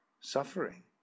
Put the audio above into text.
suffering